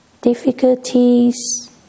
difficulties